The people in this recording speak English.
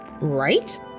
right